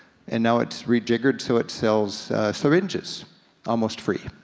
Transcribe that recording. and now it's rejiggered so it sells syringes almost free.